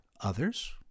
others